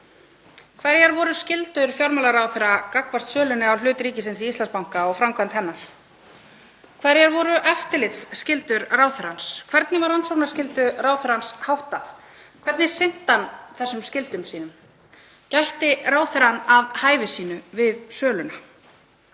Hverjar voru skyldur fjármálaráðherra gagnvart sölunni á hlut ríkisins í Íslandsbanka og framkvæmd hennar? Hverjar voru eftirlitsskyldur ráðherrans? Hvernig var rannsóknarskyldu ráðherrans háttað? Hvernig sinnti hann þessum skyldum sínum? Gætti ráðherrann að hæfi sínu við söluna?